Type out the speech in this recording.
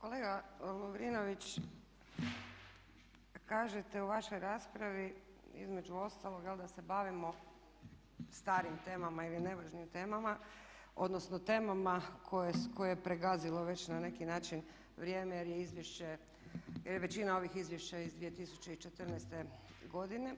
Kolega Lovrinović kažete u vašoj raspravi, između ostalog jel', da se bavimo starim temama ili nevažnim temama odnosno temama koje je pregazilo već na neki način vrijeme jer je većina ovih izvješća iz 2014. godine